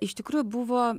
iš tikrųjų buvo